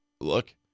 Look